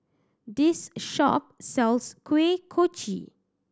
this shop sells Kuih Kochi